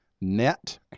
net